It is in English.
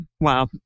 Wow